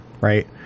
right